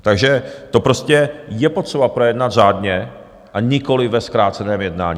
Takže to prostě je potřeba projednat řádně a nikoli ve zkráceném jednání.